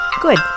Good